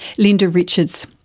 linda richards.